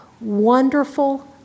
Wonderful